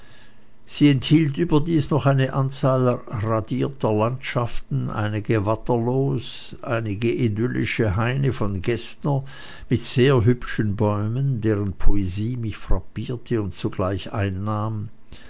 sie enthielt überdies noch eine anzahl radierter landschaften einige waterloos einige idyllische haine von geßner mit sehr hübschen bäumen deren poesie mich frappierte und sogleich einnahm